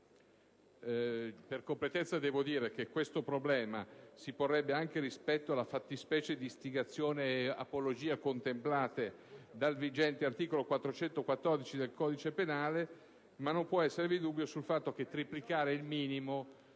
Per completezza, devo dire che questo problema si porrebbe anche rispetto alla fattispecie di istigazione ed apologia contemplate dal vigente articolo 414 del codice penale, ma non può esservi dubbio sul fatto che triplicare il minimo